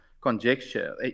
conjecture